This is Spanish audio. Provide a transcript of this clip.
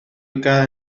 ubicada